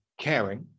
caring